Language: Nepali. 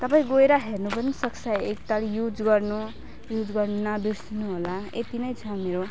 तपाईँ गएर हेर्नु पनि सक्छ एक ताल युज गर्नु युज गर्नु नबिर्सनु होला यति नै छ मेरो